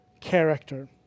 character